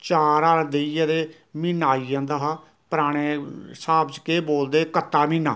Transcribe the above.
चार हल देइयै ते म्हीना आई जंदा हा प्राणे स्हाब च केह् बोलदे कत्ता म्हीना